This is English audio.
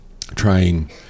trying